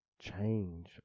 change